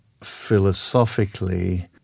philosophically